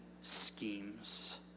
schemes